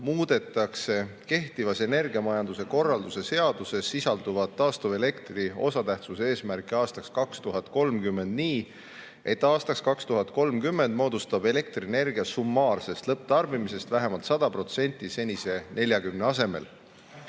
muudetakse kehtivas energiamajanduse korralduse seaduses sisalduvat taastuvelektri osatähtsuse eesmärki aastaks 2030 nii, et aastaks 2030 moodustab elektrienergia summaarsest lõpptarbimisest vähemalt 100% senise 40% asemel.